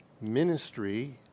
ministry